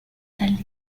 tales